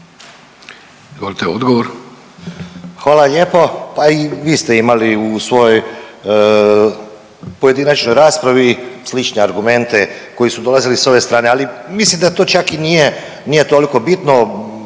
Hvala lijepo. Pa i vi ste imali u svojoj pojedinačnoj raspravi slične argumente koji su dolazili s ove strane, ali mislim da to čak i nije, nije toliko bitno,